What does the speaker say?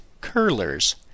curlers